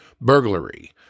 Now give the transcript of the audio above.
burglary